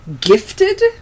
gifted